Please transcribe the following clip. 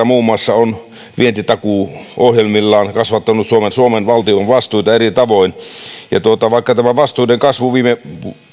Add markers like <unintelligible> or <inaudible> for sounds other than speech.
<unintelligible> muun muassa finnvera on vientitakuuohjelmillaan kasvattanut suomen suomen valtion vastuita eri tavoin vaikka tämä vastuiden kasvu viime